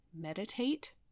meditate